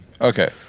Okay